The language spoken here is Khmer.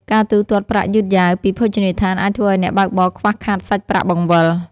ការទូទាត់ប្រាក់យឺតយ៉ាវពីភោជនីយដ្ឋាន អាចធ្វើឱ្យអ្នកបើកបរខ្វះខាតសាច់ប្រាក់បង្វិល។